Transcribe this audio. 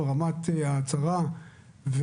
ברמת ההצהרה,